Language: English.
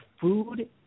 food